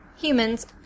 Humans